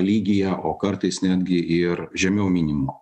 lygyje o kartais netgi ir žemiau minimumo